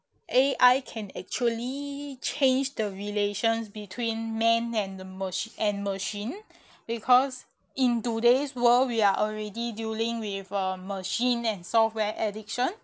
A_I can actually change the relations between man and the mach~ and machine because in today's world we are already dealing with a machine and software addiction